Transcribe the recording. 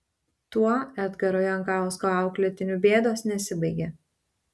tuo edgaro jankausko auklėtinių bėdos nesibaigė